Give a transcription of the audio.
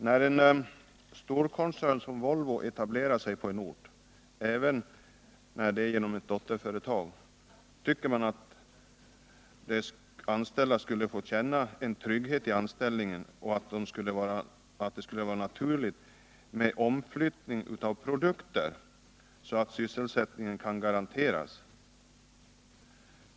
När en stor koncern som Volvo etablerar sig på en ort tycker man att de anställda skulle kunna känna trygghet i anställningen och att det skulle vara naturligt med en omflyttning av produkttillverkning så att sysselsättningen kan garanteras.